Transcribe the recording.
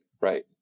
right